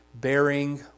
bearing